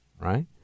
right